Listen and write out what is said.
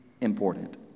important